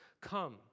come